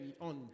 on